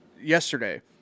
yesterday